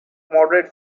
moderate